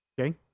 Okay